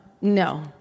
no